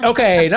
Okay